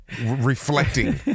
reflecting